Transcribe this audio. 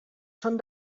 són